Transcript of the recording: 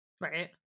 Right